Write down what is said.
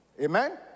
Amen